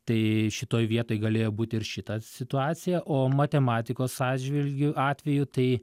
tai šitoj vietoj galėjo būti ir šita situacija o matematikos atžvilgiu atveju tai